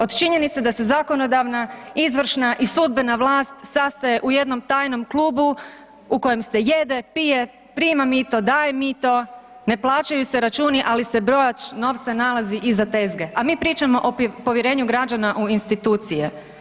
Od činjenice da se zakonodavna, izvršna i sudbena vlast sastaje u jednom tajnom klubu u kojem se jede, pije, prima mito, daje mito, ne plaćaju se računi, ali se brojač novca nalazi iza tezge, a mi pričamo o povjerenju građana u institucije.